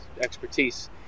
expertise